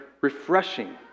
refreshing